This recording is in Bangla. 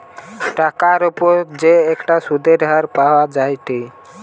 টাকার উপর যে একটা সুধের হার পাওয়া যায়েটে